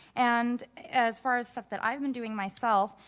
and as far as stuff that i've been doing myself,